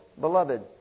Beloved